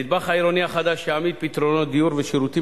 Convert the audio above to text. הנדבך העירוני החדש יעמיד פתרונות דיור ושירותים